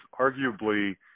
arguably